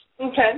Okay